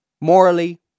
Morally